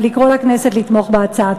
ולקרוא לכנסת לתמוך בהצעה.